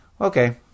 okay